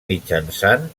mitjançant